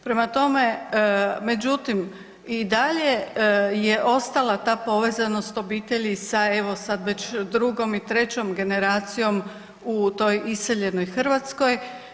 Prema tome, međutim i dalje je ostala ta povezanost obitelji sa evo sad već drugom i trećom generacijom u toj iseljenoj Hrvatskoj.